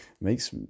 Makes